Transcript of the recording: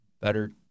better